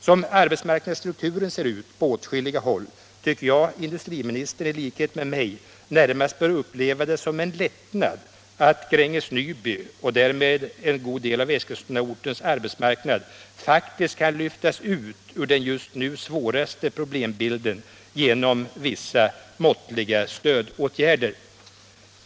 Som arbetsmarknadsstrukturen ser ut på åtskilliga håll tycker jag att industriministern i likhet med mig närmast bör uppleva det som en lättnad att Gränges Nyby och därmed en god del av Eskilstunaortens arbetsmarknad faktiskt kan lyftas ut ur den just nu svåraste problembilden genom vissa måttliga stödåtgärder.